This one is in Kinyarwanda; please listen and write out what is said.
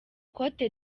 cote